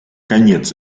конец